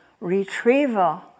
retrieval